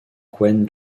gwent